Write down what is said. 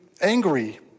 angry